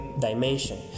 dimension